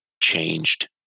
changed